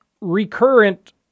recurrent